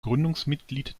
gründungsmitglied